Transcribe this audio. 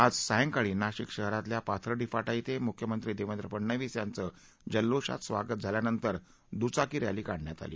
आज सायंकाळी नाशिक शहरातील पाथर्डी फाटा येथे मुख्यमंत्री देवेंद्र फडणवीस यांचे जल्लोषात स्वागत झाल्यानंतर दुचाकी रॅली काढण्यात आली